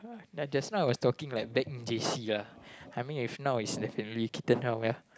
just now I was talking like back in j_c lah I mean if now it's definitely Keaton Ram